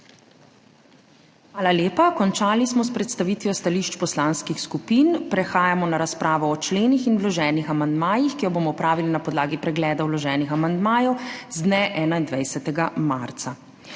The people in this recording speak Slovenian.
Hvala lepa. Končali smo s predstavitvijo stališč poslanskih skupin. Prehajamo na razpravo o členih in vloženih amandmajih, ki jo bomo opravili na podlagi pregleda vloženih amandmajev z dne 21. marca.